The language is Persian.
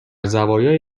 زوایای